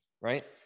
right